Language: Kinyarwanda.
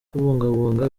kubungabunga